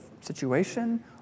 situation